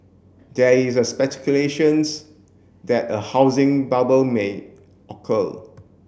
there is a speculations that a housing bubble may occur